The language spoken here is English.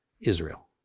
Israel